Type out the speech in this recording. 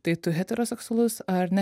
tai tu heteroseksualus ar ne